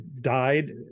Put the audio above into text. died